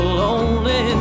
lonely